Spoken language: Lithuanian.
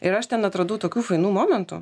ir aš ten atradau tokių fainų momentų